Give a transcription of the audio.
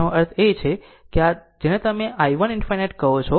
તેથી તેનો અર્થ એ છે કે આ તે છે જેને તમે i 1 ∞ કહો છો